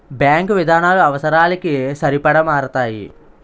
bank విధానాలు అవసరాలకి సరిపడా మారతాయి